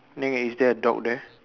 then is there a dog there